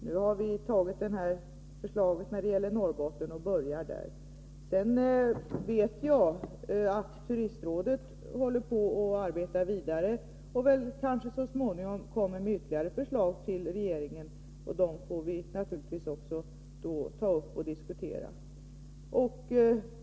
Nu har vi antagit förslaget när det gäller Norrbottens län och börjar där. Jag vet att turistrådet arbetar vidare och kanske så småningom kommer med ytterligare förslag till regeringen, och dem får vi då ta upp och diskutera.